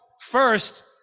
first